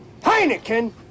Heineken